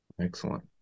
Excellent